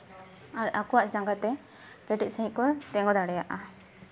ᱟᱨ ᱟᱠᱚᱣᱟᱜ ᱡᱟᱝᱜᱟᱛᱮ ᱠᱮᱴᱮᱡ ᱥᱟᱺᱦᱤᱡ ᱠᱚ ᱛᱤᱸᱜᱩ ᱫᱟᱲᱮᱭᱟᱜᱼᱟ